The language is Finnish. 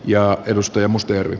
ja edustaja mustajärvi